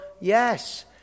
yes